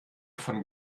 von